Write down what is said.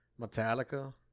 Metallica